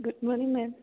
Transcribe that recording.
good morning ma'am